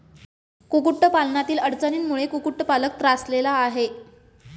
कुक्कुटपालनातील अडचणींमुळे कुक्कुटपालक त्रासलेला आहे